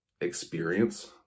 experience